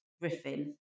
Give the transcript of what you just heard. Griffin